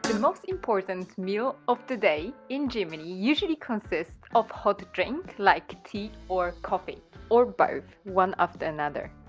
the most important meal of the day in germany usually consists of hot drink like tea or coffee or both one after another.